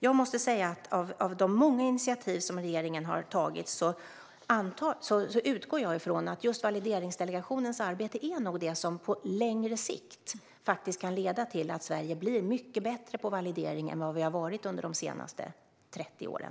Jag måste säga att av de många initiativ som regeringen har tagit utgår jag från att just Valideringsdelegationens arbete är det som på längre sikt kan leda till att Sverige blir mycket bättre på validering än vi har varit under de senaste 30 åren.